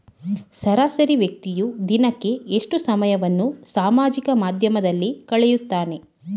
ಸರಾಸರಿ ವ್ಯಕ್ತಿಯು ದಿನಕ್ಕೆ ಎಷ್ಟು ಸಮಯವನ್ನು ಸಾಮಾಜಿಕ ಮಾಧ್ಯಮದಲ್ಲಿ ಕಳೆಯುತ್ತಾನೆ?